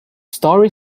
story